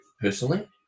personally